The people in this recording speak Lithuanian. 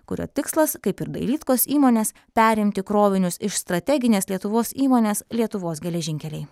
kurio tikslas kaip ir dailydkos įmonės perimti krovinius iš strateginės lietuvos įmonės lietuvos geležinkeliai